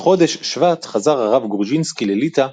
בחודש שבט חזר הרב גרודזינסקי לליטא,